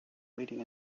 leading